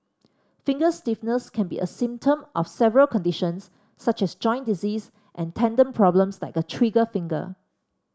finger stiffness can be a symptom of several conditions such as joint disease and tendon problems like a trigger finger